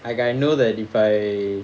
like I know that if I